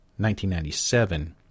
1997